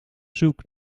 zoek